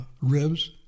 ribs